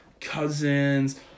Cousins